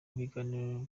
ibiganiro